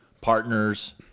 partners